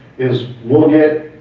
is we'll get,